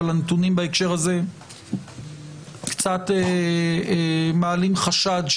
אבל הנתונים בהקשר הזה קצת מעלים חשד,